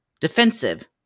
Defensive